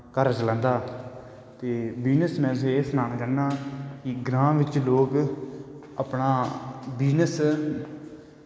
घर चलांदे ते बिजनस बिच्च में तुसेंगी एह् सनाना चाह्नां कि ग्रांऽ बिच्च लोग अपनां बिजनस